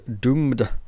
doomed